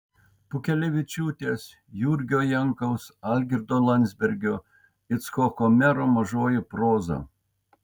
pukelevičiūtės jurgio jankaus algirdo landsbergio icchoko mero mažoji proza